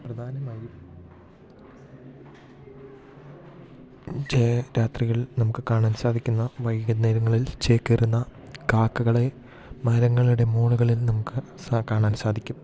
പ്രധാനമായും ച്ചേ രാത്രികളിൽ നമുക്ക് കാണാൻ സാധിക്കുന്ന വൈകുന്നേരങ്ങളിൽ ചേക്കേറുന്ന കാക്കകളെ മരങ്ങളുടെ മുകളിൽ നമുക്ക് സ കാണാൻ സാധിക്കും